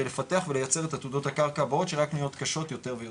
לפתח ולייצר את עתודות הקרקע הבאות שרק נהיות קשות יותר ויותר.